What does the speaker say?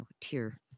tier